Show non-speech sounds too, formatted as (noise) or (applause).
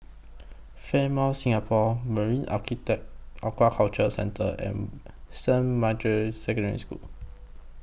Fairmont Singapore Marine (unintelligible) Aquaculture Centre and Saint Margaret's Secondary School